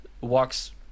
walks